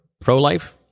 pro-life